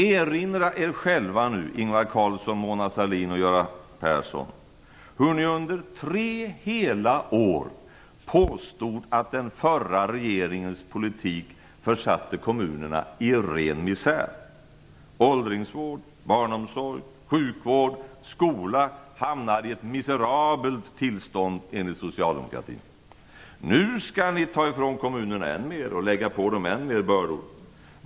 Erinra er själva nu, Ingvar Carlsson, Mona Sahlin och Göran Persson, hur ni under tre hela år påstod att den förra regeringens politik försatte kommunerna i ren misär. Åldringsvård, barnomsorg, sjukvård och skola hamnade i ett miserabelt tillstånd enligt socialdemokraterna. Nu skall ni ta ifrån kommunerna än mer och lägga på dem ännu fler bördor.